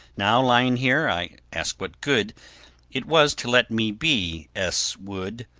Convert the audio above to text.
now, lying here, i ask what good it was to let me be s. wood.